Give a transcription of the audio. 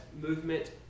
movement